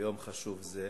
ביום חשוב זה,